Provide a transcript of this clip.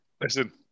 Listen